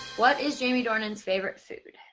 what is jamie dornan's favorite food?